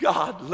God